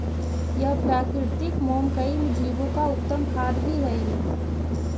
यह प्राकृतिक मोम कई जीवो का उत्तम खाद्य भी हई